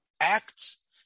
acts